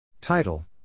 Title